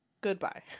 goodbye